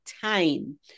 time